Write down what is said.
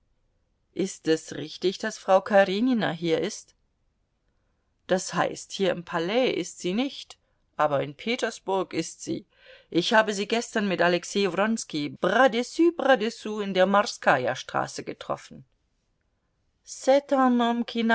ist es richtig daß frau karenina hier ist das heißt hier im palais ist sie nicht aber in petersburg ist sie ich habe sie gestern mit alexei wronski bras dessus bras dessous in der morskaja straße getroffen